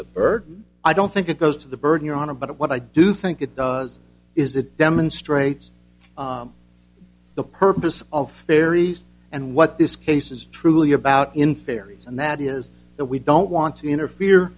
the burton i don't think it goes to the burden your honor but what i do think it does is it demonstrates the purpose of fairies and what this case is truly about in fairies and that is that we don't want to interfere